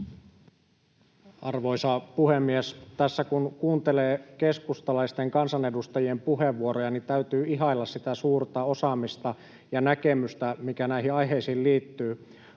Arvoisa puhemies! Tässä kun kuuntelee keskustalaisten kansanedustajien puheenvuoroja, niin täytyy ihailla sitä suurta osaamista ja näkemystä, mikä näihin aiheisiin liittyy.